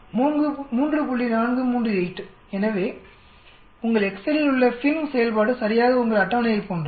438 எனவே உங்கள் எக்செல்லில் உள்ள FINV செயல்பாடு சரியாக உங்கள் அட்டவணையைப் போன்றது